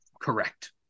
Correct